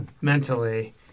mentally